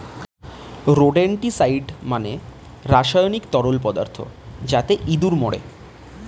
rodenticide মানে রাসায়নিক তরল পদার্থ যাতে ইঁদুর মরে